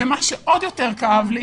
מה שעוד יותר כאב לי